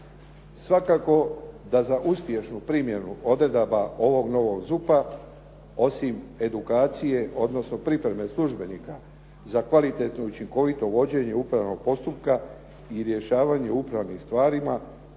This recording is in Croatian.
Svakako da za uspješnu primjenu odredaba ovog novog ZUP osim edukacije, odnosno pripreme službenika za kvalitetno i učinkovito vođenje upravnog postupka i rješavanje upravnim stvarima